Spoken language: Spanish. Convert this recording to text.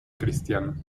cristiano